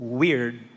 weird